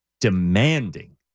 Demanding